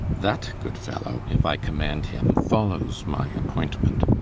that good fellow, if i command him followes my appointment,